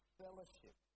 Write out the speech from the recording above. fellowship